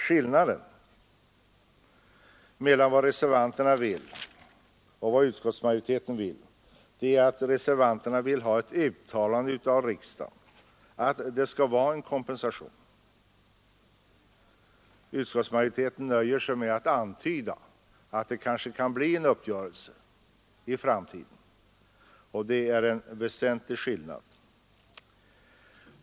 Skillnaden mellan reservanternas och utskottsmajoritetens önskemål är att reservanterna vill ha ett uttalande av riksdagen om att kompensation skall utgå medan majoriteten nöjer sig med att antyda att det kanske kan bli en uppgörelse i framtiden. Det är en väsentlig skillnad.